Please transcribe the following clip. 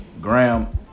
Graham